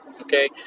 Okay